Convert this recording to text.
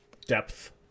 depth